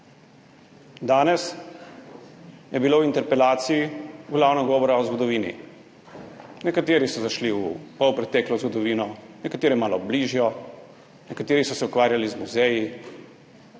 Danes je bilo v interpelaciji v glavnem govora o zgodovini. Nekateri so zašli v polpreteklo zgodovino, nekateri v malo bližjo, nekateri so se ukvarjali z muzeji,